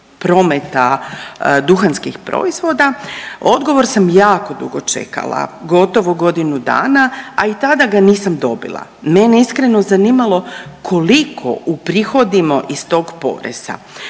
prometa duhanskih proizvoda odgovor sam jako dugo čekala, gotovo godinu dana, a i tada ga nisam dobila. Mene je iskreno zanimalo koliko uprihodimo iz tog poreza.